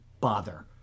bother